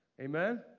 Amen